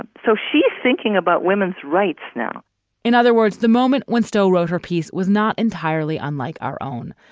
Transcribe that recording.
ah so she's thinking about women's rights now in other words, the moment when stowe wrote her piece was not entirely unlike our own.